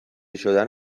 شدن